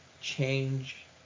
change